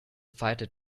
fighter